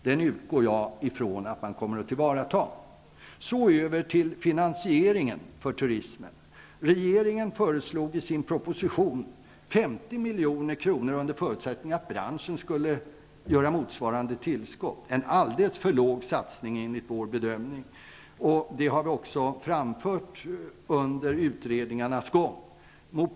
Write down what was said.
Den utgår jag ifrån att man kommer att ta till vara. Över till finansieringen av turismen. Regeringen föreslog i sin proposition 50 milj.kr., under förutsättning att branschen skulle göra motsvarande tillskott. Det är en alldeles för låg satsning, enligt vår bedömning. Det har vi också framfört under utredningarnas gång.